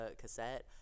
cassette